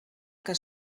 que